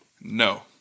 No